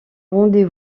rendez